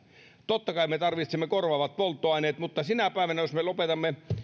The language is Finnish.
totta kai me tarvitsemme korvaavat polttoaineet mutta jos me sen lopetamme niin